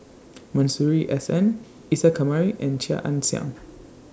Masuri S N Isa Kamari and Chia Ann Siang